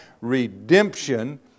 redemption